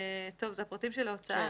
אלה פרטי ההוצאה